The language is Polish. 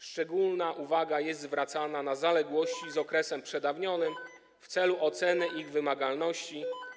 Szczególna uwaga jest zwracana na zaległości z okresem przedawnionym w celu oceny ich wymagalności.